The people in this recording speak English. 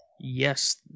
Yes